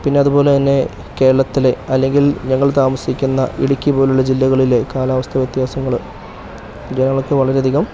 പിന്നെ അതുപോലെ തന്നെ കേരളത്തിൽ അല്ലെങ്കിൽ ഞങ്ങൾ താമസിക്കുന്ന ഇടുക്കി പോലുള്ള ജില്ലകളിലെ കാലാവസ്ഥ വ്യത്യാസങ്ങൾ ജനങ്ങൾക്ക് വളരെ അധികം